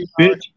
bitch